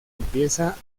empieza